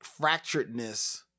fracturedness